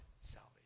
salvation